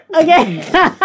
okay